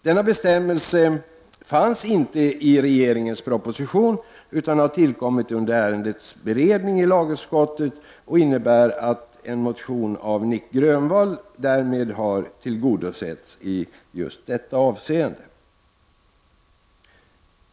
Denna bestämmelse fanns inte i regeringens proposition utan har tillkommit under ärendets beredning i lagutskottet, och den innebär att en motion av Nic Grönvall därmed har tillgodosetts i detta avseende.